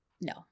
No